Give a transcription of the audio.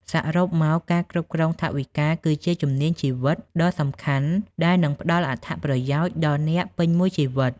សរុបមក ការគ្រប់គ្រងថវិកាគឺជាជំនាញជីវិតដ៏សំខាន់ដែលនឹងផ្តល់អត្ថប្រយោជន៍ដល់អ្នកពេញមួយជីវិត។